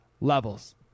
levels